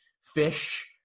fish